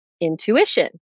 intuition